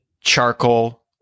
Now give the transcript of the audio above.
charcoal